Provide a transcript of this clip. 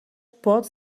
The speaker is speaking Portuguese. pode